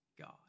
God